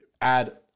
add